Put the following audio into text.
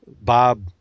Bob